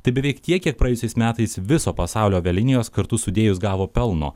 tai beveik tiek kiek praėjusiais metais viso pasaulio avialinijos kartu sudėjus gavo pelno